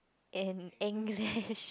in English